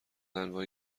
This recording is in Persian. انواع